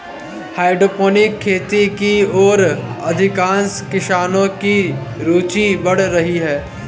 hydroponic खेती की ओर अधिकांश किसानों की रूचि बढ़ रही है